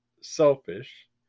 selfish